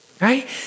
Right